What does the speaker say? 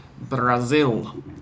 Brazil